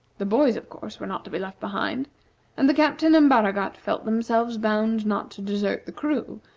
the boys, of course, were not to be left behind and the captain and baragat felt themselves bound not to desert the crew,